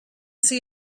see